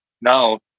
Now